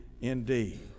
indeed